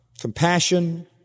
compassion